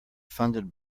funded